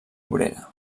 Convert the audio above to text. obrera